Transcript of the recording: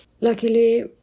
Luckily